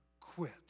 quit